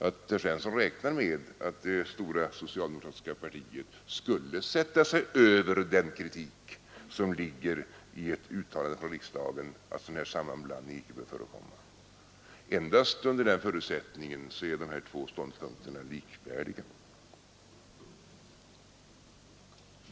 Herr Svensson räknar alltså med att det stora socialdemokratiska partiet skulle sätta sig över den kritik som ligger i ett uttalande från riksdagen att en sammanblandning av ifrågavarande slag icke bör förekomma. Endast under den förutsättningen är dessa två ståndpunkter likvärdiga.